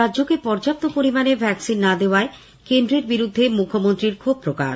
রাজ্যকে পর্যাপ্ত পরিমাণ ভ্যাকসিন না দেওয়ায় কেন্দ্রের বিরুদ্ধে মুখ্যমন্ত্রীর ক্ষোভ প্রকাশ